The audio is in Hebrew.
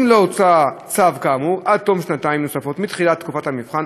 אם לא הוצא צו כאמור עד תום שנתיים נוספות מתחילת תקופת המבחן,